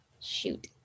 Shoot